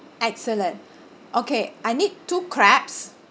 excellent okay I need two crabs